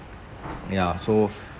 ya so